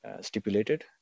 stipulated